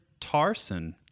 Tarson